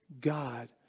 God